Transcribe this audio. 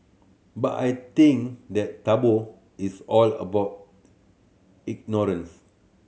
but I think that taboo is all about ignorance